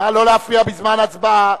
נא לא להפריע בזמן הצבעה.